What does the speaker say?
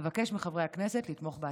אבקש מחברי הכנסת לתמוך בהצעה.